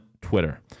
Twitter